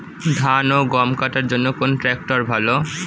ধান ও গম কাটার জন্য কোন ট্র্যাক্টর ভালো?